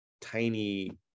tiny